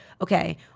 okay